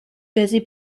busy